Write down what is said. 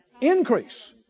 Increase